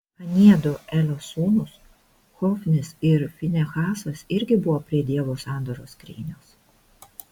aniedu elio sūnūs hofnis ir finehasas irgi buvo prie dievo sandoros skrynios